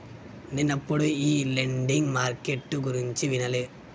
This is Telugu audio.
నేనెప్పుడు ఈ లెండింగ్ మార్కెట్టు గురించి వినలే